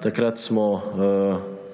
Takrat smo